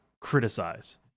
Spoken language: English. criticize